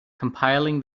compiling